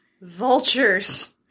Vultures